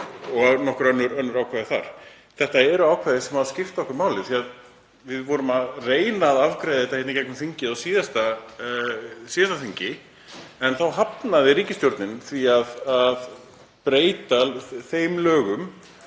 og nokkur önnur ákvæði þar. Þetta eru ákvæði sem skipta okkur máli. Við vorum að reyna að afgreiða þetta í gegnum þingið á síðasta þingi en þá hafnaði ríkisstjórnin því að breyta þeim lögum